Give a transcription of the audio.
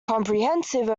comprehensive